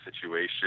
situation